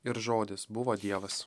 ir žodis buvo dievas